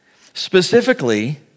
specifically